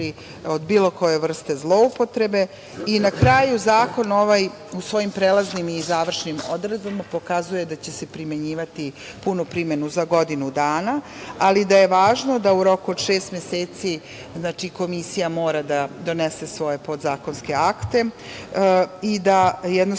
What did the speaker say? od bilo koje vrste zloupotrebe. Na kraju, ovaj zakon u svojim prelaznim i završnim odredbama pokazuje da će se primenjivati, imati punu primenu za godinu dana, ali da je važno da u roku od šest meseci komisija mora da donese svoje podzakonske akte i da jednostavno